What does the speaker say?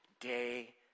day